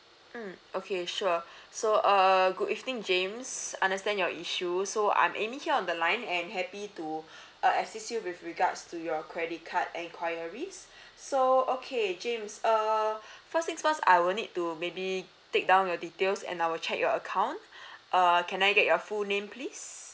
mm okay sure so uh good evening james understand your issue so I'm amy here on the line and happy to uh assist you with regards to your credit card enquiries so okay james uh first thing first I will need to maybe take down your details and I will check your account err can I get your full name please